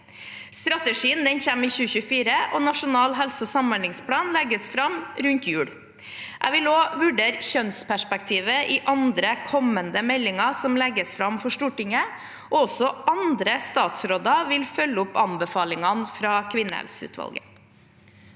Strategien kommer i 2024, og Nasjonal helse- og samhandlingsplan legges fram rundt jul. Jeg vil også vurdere kjønnsperspektivet i andre, kommende meldinger som legges fram for Stortinget, og også andre statsråder vil følge opp anbefalingene fra kvinnehelseutvalget.